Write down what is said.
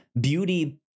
beauty